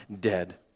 dead